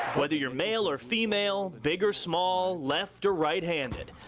whether you're male or female, big or small, left or right-handed.